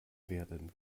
werden